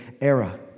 era